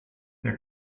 der